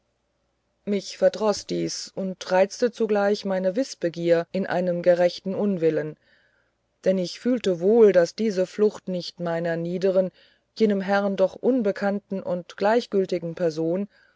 mich verdroß dies und reizte zugleich meine wißbegier in einem gerechten unwillen denn ich fühlte wohl daß diese flucht nicht meiner niederen jenem herrn doch unbekannten und gleichgültigen person